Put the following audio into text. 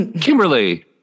Kimberly